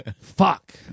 Fuck